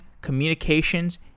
communications